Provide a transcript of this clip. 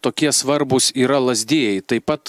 tokie svarbūs yra lazdijai taip pat